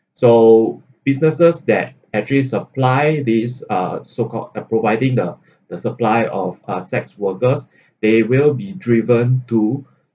so businesses that actually supply these uh so called uh providing the the supply of uh sex workers they will be driven to